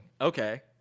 Okay